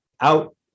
out